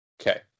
Okay